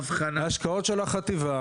כמה גרעינים הבאת לערבה בשנתיים האלה?